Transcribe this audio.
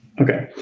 okay,